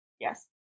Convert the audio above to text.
Yes